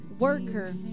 worker